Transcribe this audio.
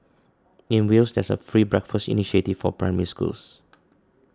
in Wales there is a free breakfast initiative for Primary Schools